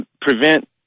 prevent